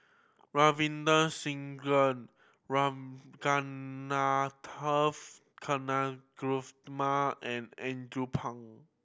Ravinder Singh Ragunathar Kanagasuntheram and Andrew Phang